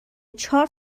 چهار